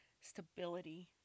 stability